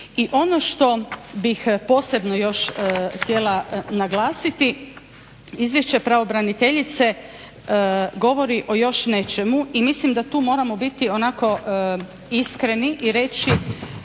I ono što bih posebno još htjela naglasiti, izvješće pravobraniteljice govori o još nečemu i mislim da tu moramo biti onako iskreni i reći